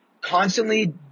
constantly